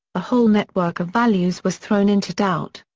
a whole network of values was thrown into doubt.